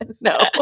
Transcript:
No